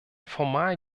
formal